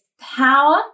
power